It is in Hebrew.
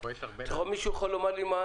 דינו - מחצית הקנס הקבוע ליחיד בשל אותה